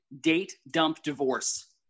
date-dump-divorce